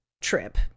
trip